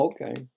Okay